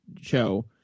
show